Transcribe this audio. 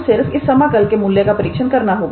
अब सिर्फ इस समाकल के मूल्य का परीक्षण करना होगा